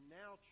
now